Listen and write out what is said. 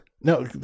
No